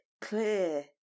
clear